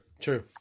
true